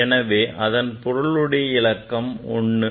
எனவே அதன் பொருளுடைய இலக்கம் 1 ஆகும்